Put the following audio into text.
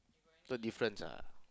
no difference ah